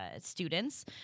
students